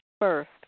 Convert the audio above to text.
First